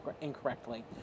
incorrectly